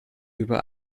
über